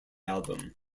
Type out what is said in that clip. album